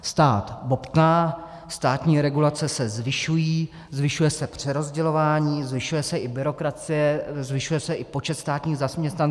Stát bobtná, státní regulace se zvyšují, zvyšuje se přerozdělování, zvyšuje se i byrokracie, zvyšuje se i počet státních zaměstnanců.